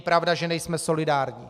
Není pravda, že nejsme solidární.